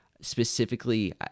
specifically